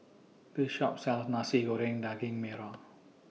This Shop sells Nasi Goreng Daging Merah